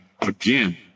again